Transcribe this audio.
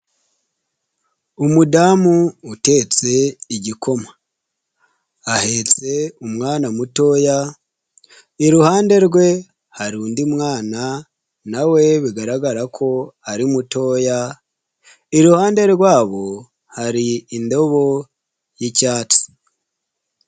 Umudamu utetse igikoma, ahetse umwana mutoya, iruhande rwe hari undi mwana nawe bigaragara ko ari mutoya, iruhande rwabo hari indobo yi'cyatsi.